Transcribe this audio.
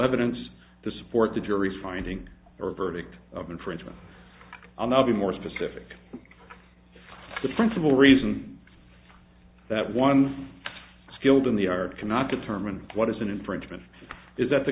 evidence to support the jury's finding or a verdict of infringement i'll be more specific the principle reason that one skilled in the art cannot determine what is an infringement is that the